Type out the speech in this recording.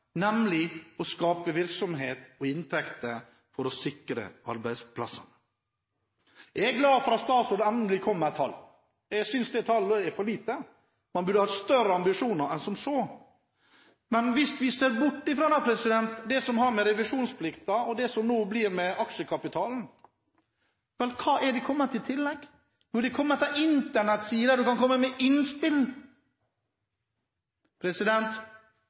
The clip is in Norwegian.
nemlig å skape virksomhet og inntekter for å sikre arbeidsplasser. Jeg er glad for at statsråden endelig kom med et tall. Jeg synes det tallet er for lavt; man burde ha større ambisjoner enn som så. Men hvis vi ser bort fra det som har med revisjonsplikten og aksjekapitalen å gjøre – hva har kommet i tillegg? Jo, det har kommet en internettside der du kan komme med innspill.